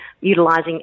utilizing